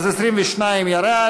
אז 22 ירד.